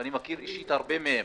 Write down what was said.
ואני מכיר אישית רבים מהם,